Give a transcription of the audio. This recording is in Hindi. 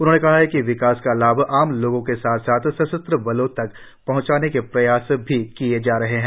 उन्होंने कहा कि विकास का लाभ आम लोगों के साथ साथ सशस्त्र बलों तक पहंचाने के प्रयास भी किए जा रहे है